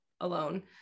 alone